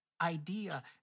idea